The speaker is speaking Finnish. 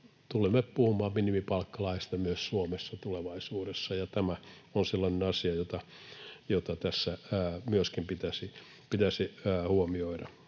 tulemme puhumaan minimipalkkalaisista myös Suomessa tulevaisuudessa. Ja tämä on sellainen asia, jota tässä myöskin pitäisi huomioida.